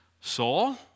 soul